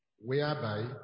whereby